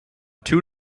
two